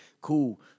cool